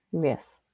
Yes